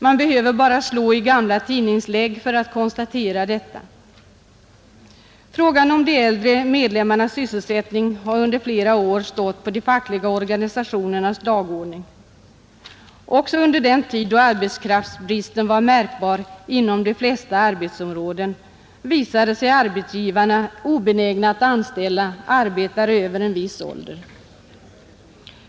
Man behöver bara slå i gamla tidningslägg för att konstatera detta. Frågan om de äldre medlemmarnas sysselsättning har under flera år stått på de fackliga organisationernas dagordning. Också under den tid då arbetskraftsbristen var märkbar inom de flesta arbetsområden visade sig arbetsgivarna obenägna att anställa arbetare över en viss ålder.